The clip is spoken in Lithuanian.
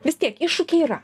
vis tiek iššūkiai yra